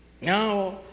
Now